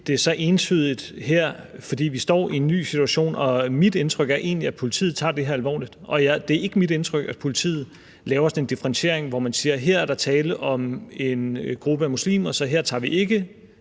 det så entydigt her, for vi står i en ny situation, og mit indtryk er egentlig, at politiet tager det her alvorligt. Det er ikke mit indtryk, at politiet laver en differentiering, hvor man siger: Her er der tale om en gruppe muslimer, så her tager vi ikke